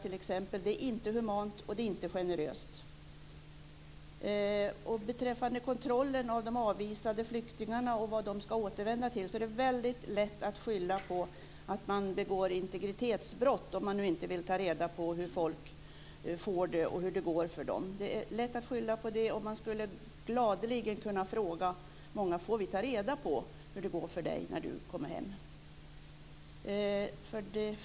Det är inte humant, och det är inte generöst. Beträffande kontrollen av de avvisade flyktingarna och vad de ska återvända till är det väldigt lätt att skylla på att man begår integritetsbrott om man inte vill ta reda på hur folk får det och hur det går för dem. Man skulle gladeligen kunna fråga: Får vi ta reda på hur det går för dig när du kommer hem?